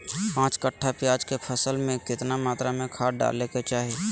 पांच कट्ठा प्याज के फसल में कितना मात्रा में खाद डाले के चाही?